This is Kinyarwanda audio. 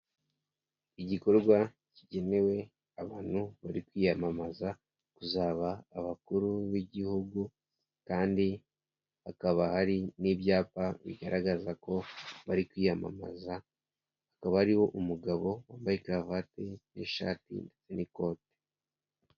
Igikorwa kigenewe abantu bari kwiyamamaza kuzaba abakuru b'igihugu kandi hakaba hari n'ibyapa bigaragaza ko bari kwiyamamaza, hakaba hariho umugabo wambaye karavate n'ishati ndetse n'ikote.